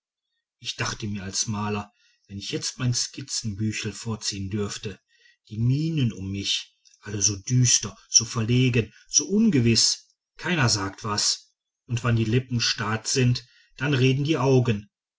ich dachte mir als maler wenn ich jetzt mein skizzenbüchl vorziehen dürft die mienen um mich alle so düster so verlegen so ungewiß keiner sagt was und wann die lippen stad sind dann reden die augen